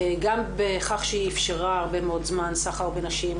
גם בכך שהיא אפשרה הרבה מאוד זמן סחר בנשים,